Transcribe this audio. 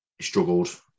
struggled